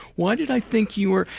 why did i think you were?